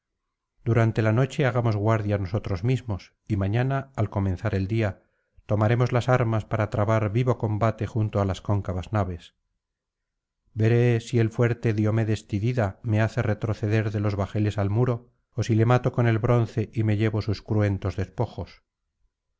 durante la noche hagamos guardia nosotros mismos y mañana al comenzar del día tomaremos las armas para trabar vivo combate junto á las cóncavas naves veré si el fuerte diomedes tidida me hace retroceder de los bajeles al muro ó si le mato con el bronce y me llevo sus cruentos despojos